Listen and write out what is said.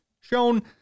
shown